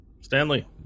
Stanley